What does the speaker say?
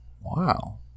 Wow